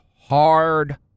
hard